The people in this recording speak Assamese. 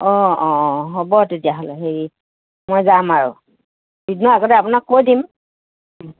অঁ অঁ অঁ হ'ব তেতিয়াহ'লে হেৰি মই যাম আৰু মই আগতে আপোনাক কৈ দিম